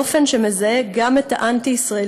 באופן שמזהה גם את האנטי-ישראליות